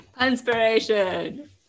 inspiration